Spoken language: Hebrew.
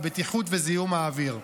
בטיחות וזיהום האוויר.